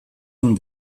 von